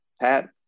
Pat